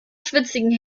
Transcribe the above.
schwitzigen